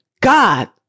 God